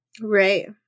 Right